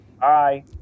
Bye